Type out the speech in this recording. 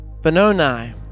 Benoni